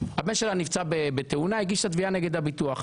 הבן שלה נפצע בתאונה, הגישה תביעה נגד הביטוח.